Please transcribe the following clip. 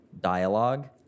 dialogue